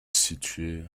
située